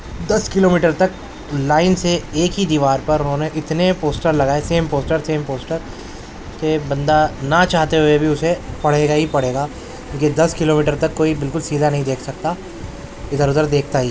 دس kilometre تک line سے ایک ہی دیوار پر انہوں نے اتنے پوسٹر لگائے سیم پوسٹر تھے سیم پوسٹر کہ بندہ نہ چاہتے ہوئے بھی اسے پڑھے گا ہی پڑھے گا کیوں کہ دس کلو میٹر تک کوئی بالکل سیدھا دیکھ نہیں سکتا ادھرادھر دیکھتا ہی